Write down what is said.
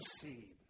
seed